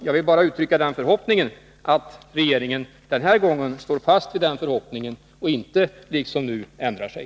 Jag vill bara uttrycka den förhoppningen att regeringen den här gången står fast vid vad den sagt och inte liksom tidigare ändrar sig.